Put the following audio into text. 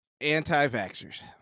anti-vaxxers